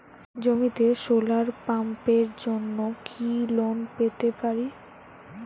জমিতে সোলার পাম্পের জন্য কি লোন পেতে পারি?